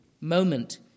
moment